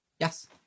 yes